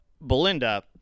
Belinda